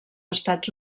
estats